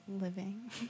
living